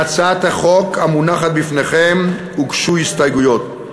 להצעת החוק המונחת בפניכם הוגשו הסתייגויות.